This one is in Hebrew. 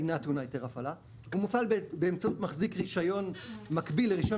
אינה טעונה היתר הפעלה הוא מופעל באמצעות מחזיק רישיון מקביל לרישיון